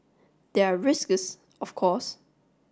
there are risks of course